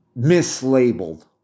mislabeled